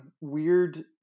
weird